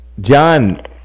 John